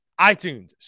iTunes